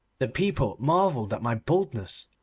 the people marvelled at my boldness,